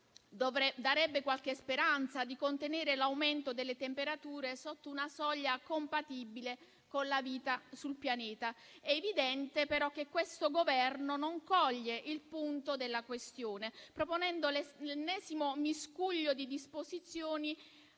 darebbe qualche speranza di contenere l'aumento delle temperature sotto una soglia compatibile con la vita sul pianeta. È evidente però che questo Governo non coglie il punto della questione, proponendo l'ennesimo miscuglio di disposizioni,